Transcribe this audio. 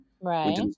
Right